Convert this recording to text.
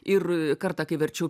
ir kartą kai verčiau